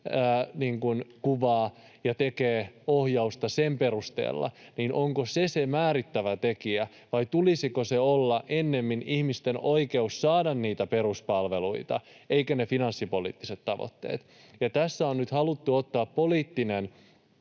kuvaa ja tekevät ohjausta sen perusteella, niin onko se se määrittävä tekijä vai tulisiko sen olla ennemmin ihmisten oikeus saada niitä peruspalveluita eikä niiden finanssipoliittisten tavoitteiden. Tässä on nyt haluttu ottaa poliittinen